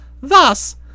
Thus